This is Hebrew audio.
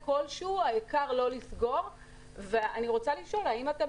אני רוצה לשאול האם אתם